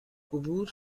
عبور